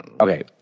Okay